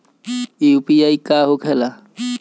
UPI का होके ला?